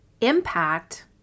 impact